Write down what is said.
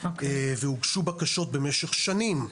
והוגשו בקשות במשך שנים.